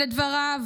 לדבריו